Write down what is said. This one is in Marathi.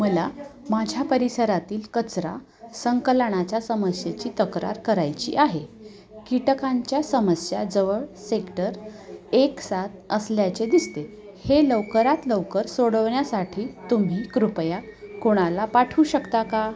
मला माझ्या परिसरातील कचरा संकलनाच्या समस्येची तक्रार करायची आहे कीटकांच्या समस्या जवळ सेक्टर एक सात असल्याचे दिसते हे लवकरात लवकर सोडवण्यासाठी तुम्ही कृपया कोणाला पाठवू शकता का